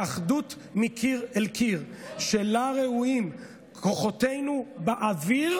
באחדות מקיר אל קיר, שכוחותינו ראויים